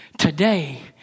Today